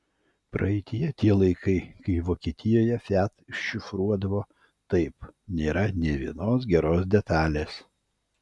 praeityje tie laikai kai vokietijoje fiat iššifruodavo taip nėra nė vienos geros detalės